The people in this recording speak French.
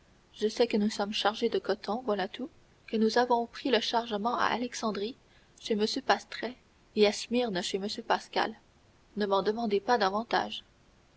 je sais que nous sommes chargés de coton voilà tout que nous avons pris le chargement à alexandrie chez m pastret et à smyrne chez m pascal ne m'en demandez pas davantage